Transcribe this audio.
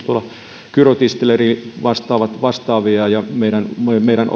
tuolla esimerkiksi kyrö distilleryä ja vastaavia ja meidän meidän